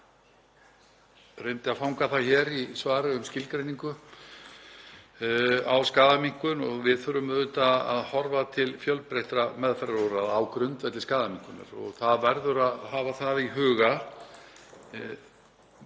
ég reyndi að fanga það hér í svari um skilgreiningu á skaðaminnkun, að við þurfum auðvitað að horfa til fjölbreyttra meðferðarúrræða á grundvelli skaðaminnkunar. Það verður að hafa það í huga.